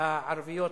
הערביות